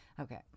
okay